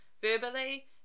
verbally